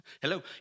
hello